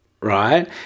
right